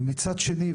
ומצד שני,